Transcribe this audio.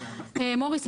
מוריס,